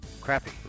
Crappy